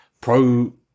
pro